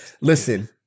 listen